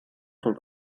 sont